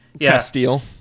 Castile